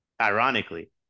ironically